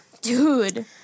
Dude